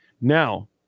Now